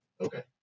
Okay